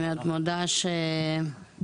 ואנחנו